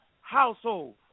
household